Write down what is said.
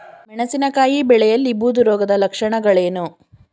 ಮೆಣಸಿನಕಾಯಿ ಬೆಳೆಯಲ್ಲಿ ಬೂದು ರೋಗದ ಲಕ್ಷಣಗಳೇನು?